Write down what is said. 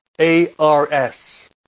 A-R-S